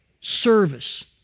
service